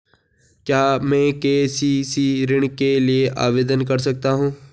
क्या मैं के.सी.सी ऋण के लिए आवेदन कर सकता हूँ?